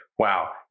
Wow